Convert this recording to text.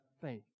faith